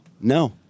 No